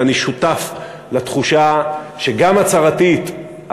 ואני שותף לתחושה שגם הצהרתית,